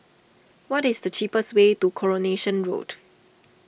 what is the cheapest way to Coronation Road